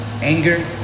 Anger